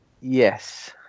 yes